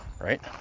right